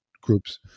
groups